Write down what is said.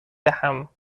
دهم